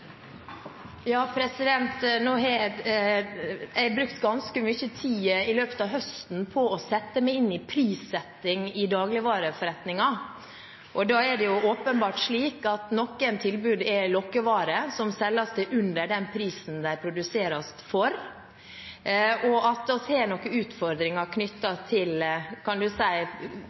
Ja, jeg har brukt ganske mye tid i løpet av høsten på å sette meg inn i prissetting i dagligvareforretninger. Det er åpenbart slik at noen tilbud er lokkevarer, som selges til under den prisen de produseres for, og at vi har noen utfordringer